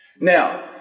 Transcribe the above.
Now